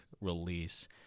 release